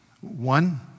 One